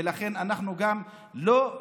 ולכן אנחנו גם לא,